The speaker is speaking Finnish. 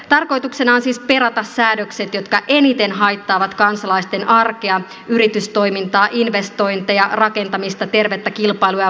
tarkoituksena on siis perata säädökset jotka eniten haittaavat kansalaisten arkea yritystoimintaa investointeja rakentamista tervettä kilpailua ja vapaaehtoistoimintaa